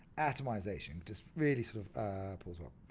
atomization, just really sort of pulls but